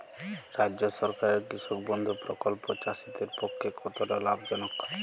রাজ্য সরকারের কৃষক বন্ধু প্রকল্প চাষীদের পক্ষে কতটা লাভজনক?